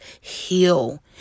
heal